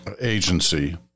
agency